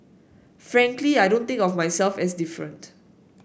frankly I don't think of myself as different